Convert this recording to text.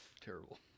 Terrible